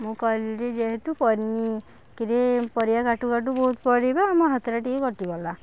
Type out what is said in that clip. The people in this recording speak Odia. ମୁଁ କହିଲି ଯେହେତୁ ପନିକିରି ପରିବା କାଟୁ କାଟୁ ବହୁତ ପରିବା ମୋ ହାତଟା ଟିକେ କଟିଗଲା